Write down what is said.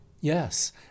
Yes